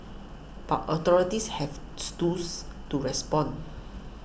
but authorities have stools to respond